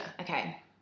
okay